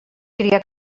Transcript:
cria